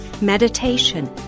meditation